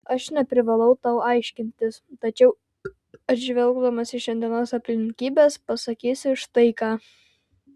aš neprivalau tau aiškintis tačiau atsižvelgdamas į šiandienos aplinkybes pasakysiu štai ką